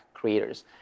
Creators